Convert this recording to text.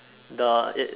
the it